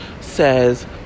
says